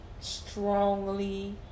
strongly